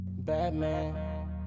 Batman